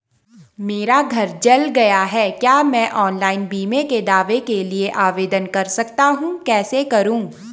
मेरा घर जल गया है क्या मैं ऑनलाइन बीमे के दावे के लिए आवेदन कर सकता हूँ कैसे करूँ?